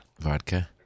Vodka